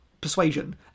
persuasion